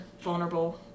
vulnerable